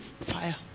fire